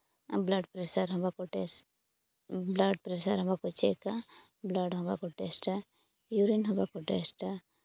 blood pressure ᱦᱚᱸ ᱵᱟᱠᱚ ᱪᱮᱠᱟ ᱵᱞᱟᱰ ᱦᱚᱸ ᱵᱟᱠᱚ ᱴᱮᱥᱴᱟ ᱤᱭᱩᱨᱤᱱ ᱦᱚᱸ ᱵᱟᱠᱚ ᱴᱮᱥᱴᱟ